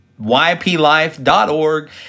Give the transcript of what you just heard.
yplife.org